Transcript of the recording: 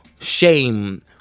shame